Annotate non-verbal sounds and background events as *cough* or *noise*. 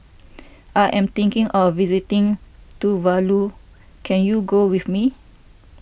*noise* I am thinking of visiting Tuvalu can you go with me